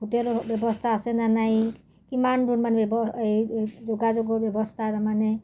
হোটেলৰ ব্যৱস্থা আছে ন নাই কিমান এই যোগাযোগৰ ব্যৱস্থা তাৰমানে